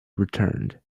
returned